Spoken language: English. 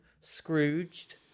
Scrooged